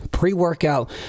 Pre-workout